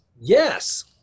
Yes